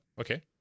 Okay